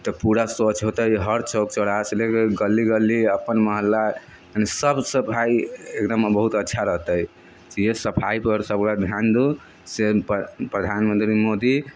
तऽ पूरा स्वच्छ हौते हर चौक चौराहा से लेके गली गली अपन मोहल्ला यानि सभ सफाइ एकदम बहुत अच्छा रहतै तऽ इएह सफाइ पर सभ गोटा ध्यान दू से प्रधानमंत्री मोदी